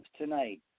tonight